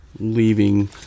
leaving